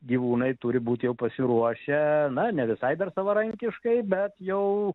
gyvūnai turi būt jau pasiruošę na ne visai dar savarankiškai bet jau